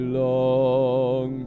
long